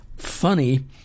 Funny